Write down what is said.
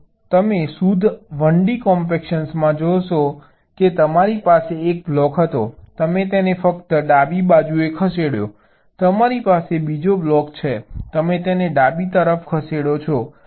તમે શુદ્ધ 1d કોમ્પેક્શનમાં જોશો કે તમારી પાસે એક બ્લોક હતો તમે તેને ફક્ત ડાબી તરફ ખસેડો તમારી પાસે બીજો બ્લોક છે તમે તેને ડાબી તરફ ખસેડો છો